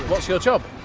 what's your job?